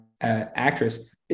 actress